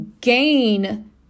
gain